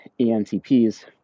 ENTPs